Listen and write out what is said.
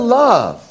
love